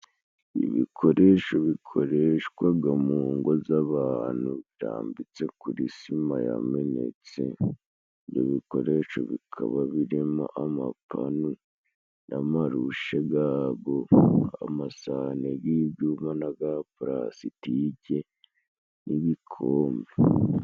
Ibikoresho bikoreshwaga mu ngo z'abantu, birambitse kuri sima yamenetse. Ibyo bikoresho bikaba birimo amapanu n'amarushe gago, amasahani g'ibyuma n'aga pulasitiki n'ibikombe.